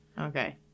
Okay